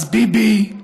אז, ביבי,